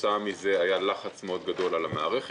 כתוצאה מזה היה לחץ מאוד גדול על המערכת.